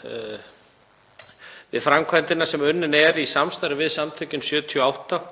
við framkvæmdina sem unnin er í samstarfi við Samtökin '78.